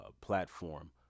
platform